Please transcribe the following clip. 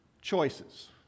choices